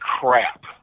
crap